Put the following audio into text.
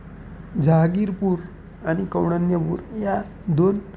जाहागीरपूर आणि कौंडण्यपूर या दोन